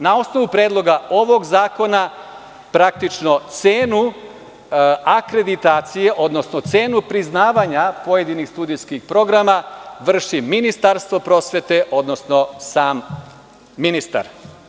Na osnovu predloga ovog zakona, praktično cenu akreditacije, odnosno cenu priznavanja pojedinih studijskih programa vrši Ministarstvo prosvete, odnosno sam ministar.